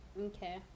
okay